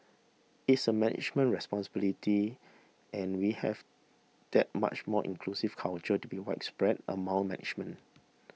it's a management responsibility and we have that much more inclusive culture to be widespread among management